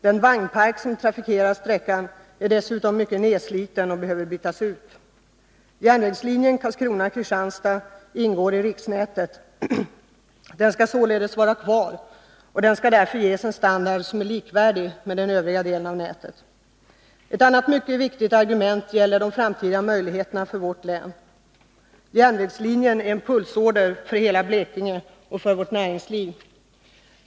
Den vagnpark som används på sträckan är dessutom mycket nedsliten och behöver bytas ut. Järnvägslinjen Karlskrona-Kristianstad ingår i riksnätet. Den skall således vara kvar, och den skall därför ges en standard som är likvärdig med den övriga delen av nätet. Ett annat mycket viktigt argument gäller de framtida möjligheterna för vårt län. Järnvägslinjen är en pulsåder för hela Blekinge och för vårt näringsliv.